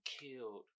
killed